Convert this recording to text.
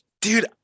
Dude